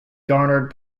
garnered